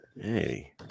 Hey